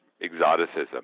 exoticism